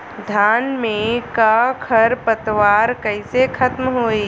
धान में क खर पतवार कईसे खत्म होई?